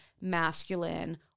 masculine